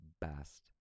best